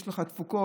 יש לך תפוקות,